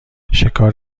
شکار